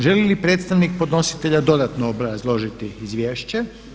Želi li predstavnik podnositelja dodatno obrazložiti izvješće?